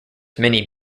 many